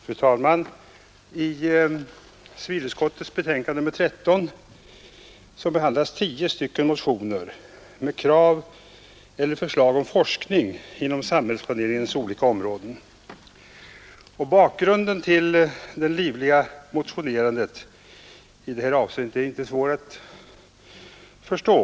Fru talman! I civilutskottets betänkande nr 13 behandlas tio motioner med förslag om forskning inom samhällsplaneringens olika områden. Bakgrunden till det livliga motionerandet i det här avseendet är inte svår att förstå.